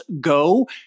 go